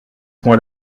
point